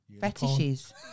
fetishes